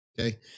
Okay